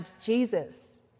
Jesus